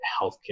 healthcare